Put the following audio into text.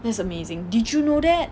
this is amazing did you know that